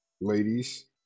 ladies